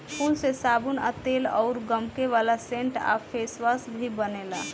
फूल से साबुन आ तेल अउर गमके वाला सेंट आ फेसवाश भी बनेला